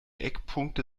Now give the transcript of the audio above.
eckpunkte